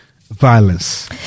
violence